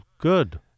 good